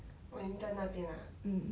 我 intern 那边啊